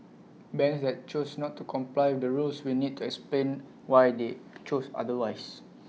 banks that choose not to comply the rules will need to explain why they chose otherwise